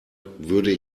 würde